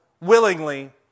willingly